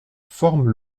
forment